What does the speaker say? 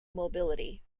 mobility